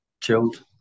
Chilled